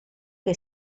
che